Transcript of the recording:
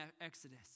Exodus